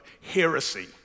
Heresy